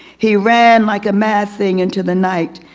he ran like a mad thing into the night.